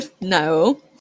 No